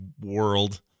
world